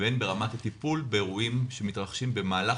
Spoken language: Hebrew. והן ברמת הטיפול באירועים שמתרחשים במהלך